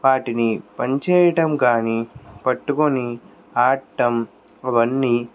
వాటిని పని చేయడం గాని పట్టుకుని ఆడటం అవన్నీ